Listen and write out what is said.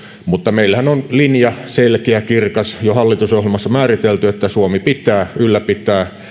meillähän on linja selkeä kirkas jo hallitusohjelmassa määritelty suomi ylläpitää